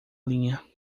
linha